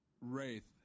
wraith